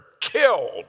killed